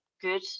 good